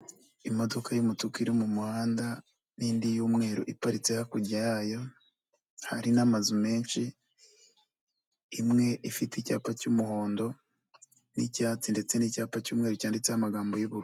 Imodoka y'umutuku iri mu muhanda n'indi y'umweru iparitse hakurya yayo, hari n'amazu menshi imwe ifite icyapa cy'umuhondo n'icyatsi ndetse n'icyapa cy'umweru cyanditseho amagambo y'ubururu.